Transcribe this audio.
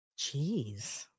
Jeez